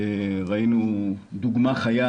ראינו דוגמה חיה,